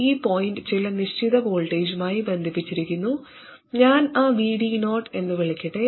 ഈ പോയിന്റ് ചില നിശ്ചിത വോൾട്ടേജുമായി ബന്ധിപ്പിച്ചിരിക്കുന്നു ഞാൻ ആ VD0 എന്ന് വിളിക്കട്ടെ